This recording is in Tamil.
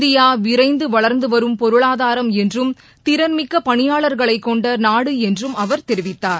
இந்தியா விரைந்து வளர்ந்து வரும் பொருளாதாரம் என்றும் திறன் மிக்க பணியாளர்களை கொண்ட நாடு என்றும் அவர் தெரிவித்தார்